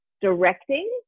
directing